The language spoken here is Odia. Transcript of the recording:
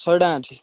ଶହେ ଟଙ୍କା ଅଛି